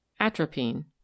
Atropine